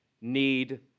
need